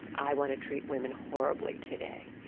i want to treat women horribly today,